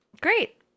Great